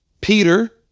Peter